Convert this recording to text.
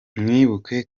mwibuke